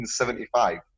1975